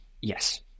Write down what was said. Yes